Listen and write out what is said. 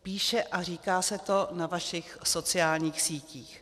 Píše a říká se to na vašich sociálních sítích.